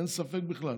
אין ספק בכלל.